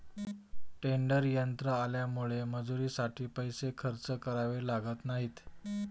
tedder यंत्र आल्यामुळे मजुरीसाठी पैसे खर्च करावे लागत नाहीत